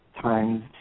times